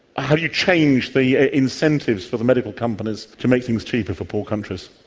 how do you change the incentives for the medical companies to make things cheaper for poor countries?